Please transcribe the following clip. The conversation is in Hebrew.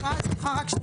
לא, החפיפה, שנייה.